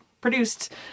produced